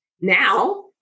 Now